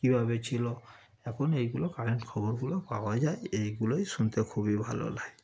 কীভাবে ছিল এখন এগুলো কারেন্ট খবরগুলো পাওয়া যায় এগুলোই শুনতে খুবই ভালো লাগে